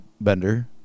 Bender